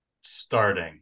starting